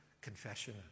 confession